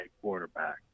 quarterback